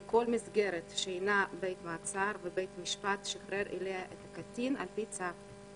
כל מסגרת שאינה בית מעצר ובית משפט שחרר אליה את הקטין על פי צו.